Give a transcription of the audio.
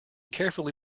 carefully